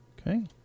okay